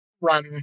run